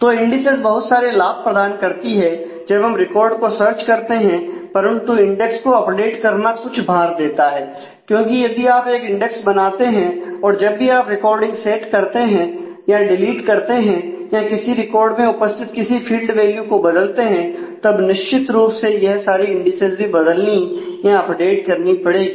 तो इंडिसेज बहुत सारे लाभ प्रदान करती है जब हम रिकॉर्ड को सर्च करते हैं परंतु इंडेक्स को अपडेट करना कुछ भार देता है क्योंकि यदि आप एक इंडेक्स बनाते हैं और जब भी आप रिकॉर्डिंग सेट करते हैं या डिलीट करते हैं या किसी रिकॉर्ड में उपस्थित किसी फील्ड वैल्यू को बदलते हैं तब निश्चित रूप से यह सारी इंडिसेज भी बदलनी या अपडेट करनी पड़ेगी